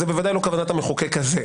זו ודאי לא כוונת המחוקק הזה.